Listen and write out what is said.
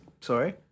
Sorry